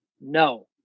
No